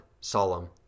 solemn